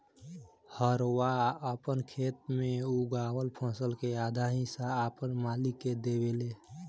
हरवाह आपन खेत मे उगावल फसल के आधा हिस्सा आपन मालिक के देवेले